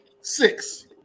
six